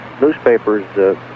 newspapers